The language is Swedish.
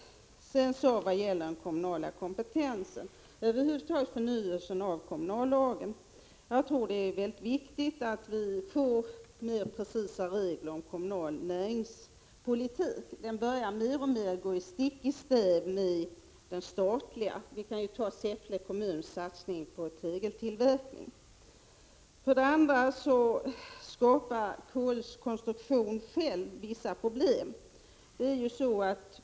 1985/86:40 I vad gäller den kommunala kompetensen och över huvud taget förnyelsen 29 november 1985 av kommunallagen menar jag att det är mycket viktigt att vi får mer precisa Sr regler om kommunal näringspolitik. Den börjar mer och mer gå stick i stäv mot den statliga. Vi kan ta Säffle kommuns satsning på tegeltillverkning som ett exempel. Om slopad moms på Själva kommunallagens konstruktion skapar dessutom vissa problem. mat, m.m.